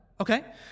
Okay